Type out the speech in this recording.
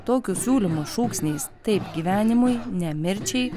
tokių siūlymų šūksniais taip gyvenimui ne mirčiai